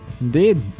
Indeed